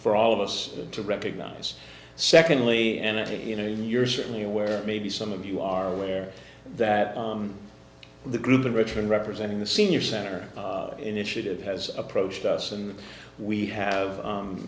for all of us to recognize secondly and at it you know you're certainly aware maybe some of you are aware that the group and richard representing the senior center initiative has approached us and we have